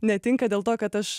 netinka dėl to kad aš